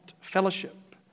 fellowship